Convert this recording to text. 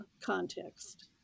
context